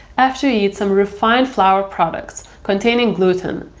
after you eat some refined flour product, containing gluten,